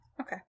Okay